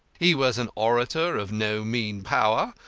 he was an orator of no mean power,